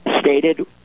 stated